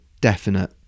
definite